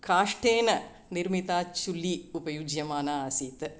काष्ठेन निर्मिता चुल्लिः उपयुज्यमाना आसीत्